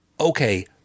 okay